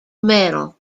medal